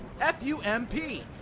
F-U-M-P